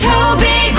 Toby